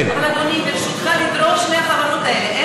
אבל אדוני, ברשותך, לדרוש מהחברות האלה,